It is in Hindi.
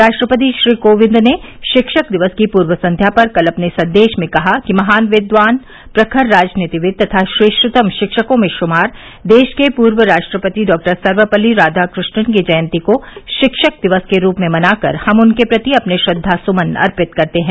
राष्ट्रपति श्री कोविंद ने शिक्षक दिवस की पूर्व संध्या पर कल अपने संदेश में कहा कि महान विद्वान प्रखर राजनीतिविद तथा श्रेष्ठतम शिक्षकों में शुनार देश के पूर्व राष्ट्रपति डॉ सर्वपल्ली राधाकृष्णन की जयंती को शिक्षक दिवस के रूप में मनाकर हम उनके प्रति अपने श्रद्वा सुमन अर्पित करते हैं